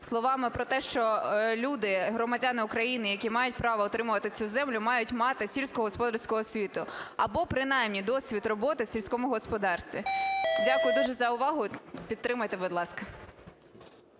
словами про те, що люди, громадяни України, які мають право отримувати цю землю, мають мати сільськогосподарську освітуЮ або принаймні досвід роботи в сільському господарстві. Дякую дуже за увагу. Підтримайте, будь ласка.